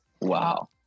Wow